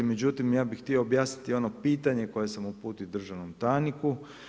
Međutim, ja bih htio objasniti ono pitanje koje sam uputio državnom tajniku.